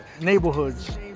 neighborhoods